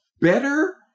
better